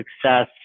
success